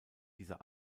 dieser